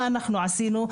מה עשינו?